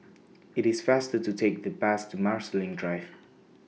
IT IS faster to Take The Bus to Marsiling Drive